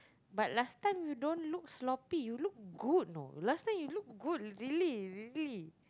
but last time you don't look sloppy you look good know last time you look good really really